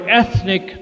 ethnic